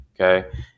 okay